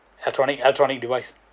electronic electronic device